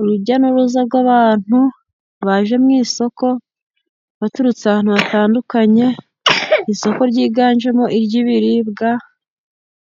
Urujya n'uruza rw'abantu baje mu isoko baturutse ahantu hatandukanye, isoko ryiganjemo iry'ibiribwa,